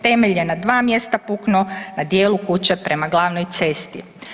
Temelj je na dva mjesta puknuo na dijelu kuće prema glavnoj cesti.